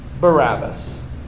Barabbas